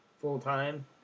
full-time